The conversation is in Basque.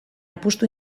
apustu